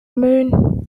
moon